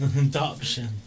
Adoption